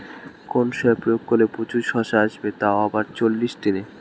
কোন সার প্রয়োগ করলে প্রচুর শশা আসবে তাও আবার চল্লিশ দিনে?